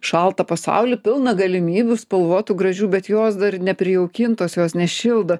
šaltą pasaulį pilną galimybių spalvotų gražių bet jos dar neprijaukintos jos nešildo